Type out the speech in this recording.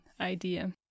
idea